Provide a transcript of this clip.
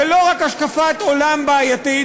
זו לא רק השקפת עולם בעייתית,